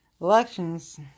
elections